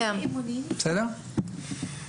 נכון.